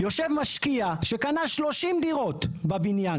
יושב משקיע שקנה שלושים דירות בבניין.